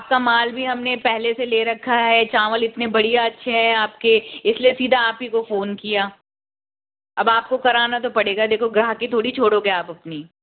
आपका माल भी हमने पहले से ले रखा है चावल इतने बढ़िया अच्छे हैं आपके इसलिए सीधा आप ही को फ़ोन किया अब आपको कराना तो पड़ेगा देखो ग्राहक की थोड़ी छोड़ोगे आप अपनी